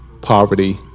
poverty